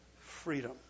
freedom